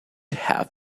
have